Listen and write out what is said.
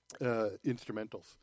instrumentals